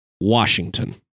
Washington